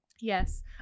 yes